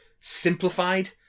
simplified